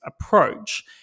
approach